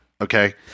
Okay